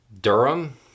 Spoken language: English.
Durham